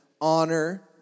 honor